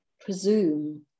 presume